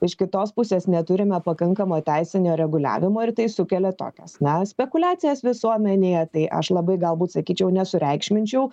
iš kitos pusės neturime pakankamo teisinio reguliavimo ir tai sukelia tokias na spekuliacijas visuomenėje tai aš labai galbūt sakyčiau nesureikšminčiau